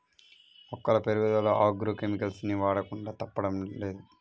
మొక్కల పెరుగుదల agro chemicals ని వాడకుండా తప్పడం లేదు